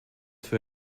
für